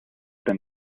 been